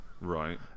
right